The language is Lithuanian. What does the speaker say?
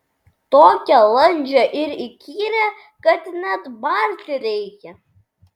tokią landžią ir įkyrią kad net barti reikia